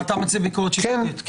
אתה מציע ביקורת שיפוטית?